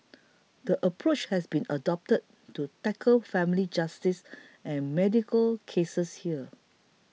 the approach has been adopted to tackle family justice and medical cases here